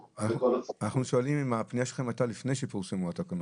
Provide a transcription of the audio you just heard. אנחנו שואלים אם הפנייה שלכם הייתה לפני שפורסמו התקנות,